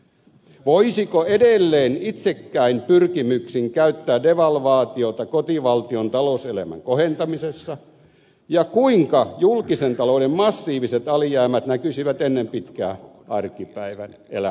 voisiko edelleen itsekkäin pyrkimyksin käyttää devalvaatiota kotivaltion talouselämän kohentamisessa ja kuinka julkisen talouden massiiviset alijäämät näkyisivät ennen pitkää arkipäivän elämässä